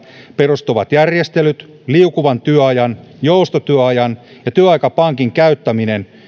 perustuvat järjestelyt liukuvan työajan joustotyöajan ja työaikapankin käyttäminen